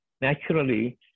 naturally